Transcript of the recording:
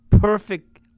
perfect